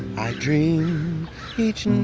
i dreamed each and